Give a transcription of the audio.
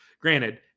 Granted